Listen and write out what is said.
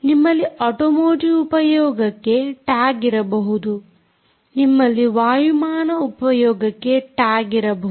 ನಿಮ್ಮಲ್ಲಿ automotive ಉಪಯೋಗಕ್ಕೆ tag ಇರಬಹುದು ನಿಮ್ಮಲ್ಲಿ ವಾಯುಮಾನ ಉಪಯೋಗಕ್ಕೆ ಟ್ಯಾಗ್ ಇರಬಹುದು